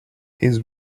his